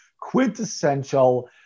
quintessential